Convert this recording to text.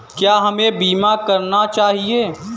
क्या हमें बीमा करना चाहिए?